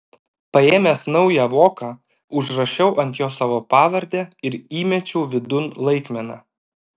paėmęs naują voką užrašiau ant jo savo pavardę ir įmečiau vidun laikmeną